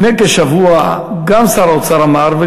לפני כשבוע גם שר האוצר אמר,